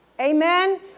Amen